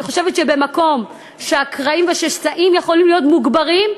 אני חושבת שבמקום שבו הקרעים והשסעים יכולים להיות מוגברים,